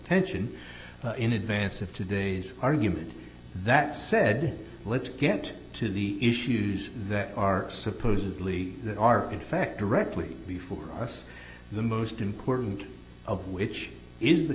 tension in advance of today's argument that said let's get to the issues that are supposedly that are in fact directly before us the most important of which is the